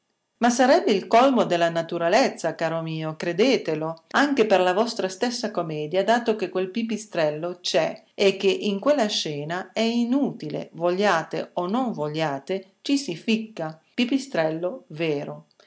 ma sarebbe il colmo della naturalezza caro mio credetelo anche per la vostra stessa commedia dato che quel pipistrello c'è e che in quella scena è inutile vogliate o non vogliate ci si ficca pipistrello vero